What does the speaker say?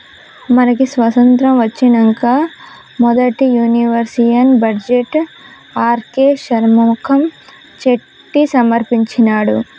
మనకి స్వతంత్రం ఒచ్చినంక మొదటి union budget RK Shanmukham Chetty సమర్పించినాడు